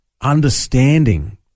understanding